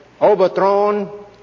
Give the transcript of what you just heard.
overthrown